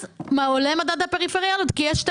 אז עולה מדד הפריפריאליות כי יש 2